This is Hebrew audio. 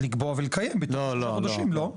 לקבוע ולקיים בתוך שלושה חודשים לא?